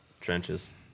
Trenches